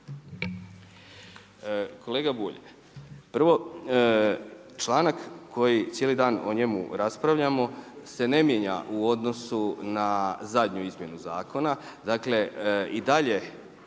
Kolega Bulj, prvo članak koji cijeli dan o njemu raspravljamo se ne mijenja u odnosu na zadnju izmjenu zakona.